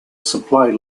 supply